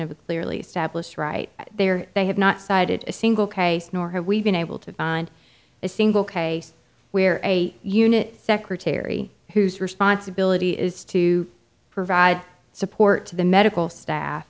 of a clearly established right there they have not cited a single case nor have we been able to find a single case where a unit secretary whose responsibility is to provide support to the medical staff